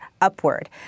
upward